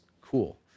cool